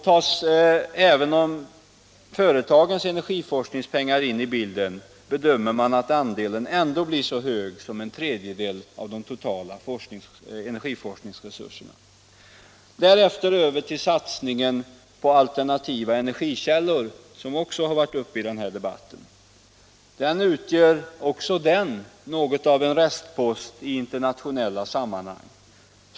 Tas även företagens energiforskningspengar in i bilden bedömer man att andelen ändå blir så hög som en tredjedel av de totala resurserna. Därefter över till satsningen på alternativa energikällor, som också varit uppe i den här debatten. Den utgör också något av en restpost i internationella sammanhang.